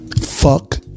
fuck